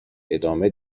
ادامه